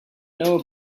know